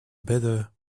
better